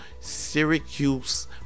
Syracuse